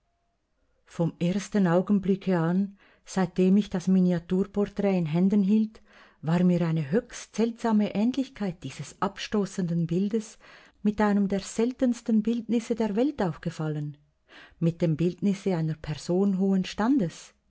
vom ersten augenblicke an seitdem ich das miniaturporträt in händen hielt war mir eine höchst seltsame ähnlichkeit dieses abstoßenden bildes mit einem der seltensten bildnisse der welt aufgefallen mit dem bildnisse einer person hohen standes